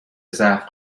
ضعف